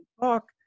talk